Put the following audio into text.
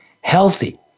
healthy